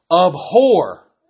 Abhor